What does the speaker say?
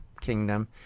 kingdom